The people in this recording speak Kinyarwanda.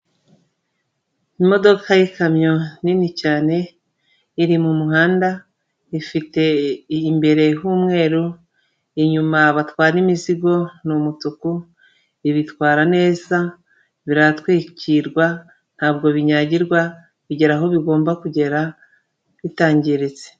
Imodoka y'ikamyo nini cyane iri mu muhanda, ifite imbere h'umweru, inyuma batwara imizigo ni umutuku, ibitwara neza, biratwikirwa, ntabwo binyagirwa, bigera aho bigomba kugera bitangiritse.